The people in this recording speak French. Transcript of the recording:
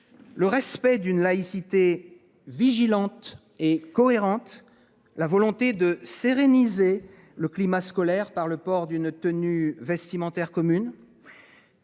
Le respect d'une laïcité vigilante et cohérente. La volonté de sérénité. Le climat scolaire par le port d'une tenue vestimentaire commune.